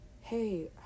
hey